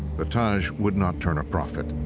the taj would not turn a profit.